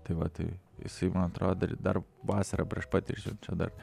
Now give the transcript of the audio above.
tai va tai jisai man atrodo dar ir dar vasarą prieš pat išsiunčiant dar